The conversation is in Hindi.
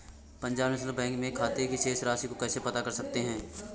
पंजाब नेशनल बैंक में खाते की शेष राशि को कैसे पता कर सकते हैं?